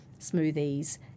smoothies